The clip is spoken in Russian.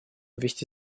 вести